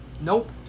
Nope